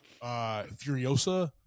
Furiosa